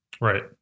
Right